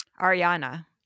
Ariana